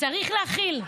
וצריך להכיל.